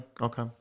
Okay